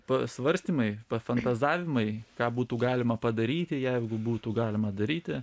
pasvarstymai pafantazavimai ką būtų galima padaryti jeigu būtų galima daryti